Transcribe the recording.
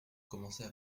commençait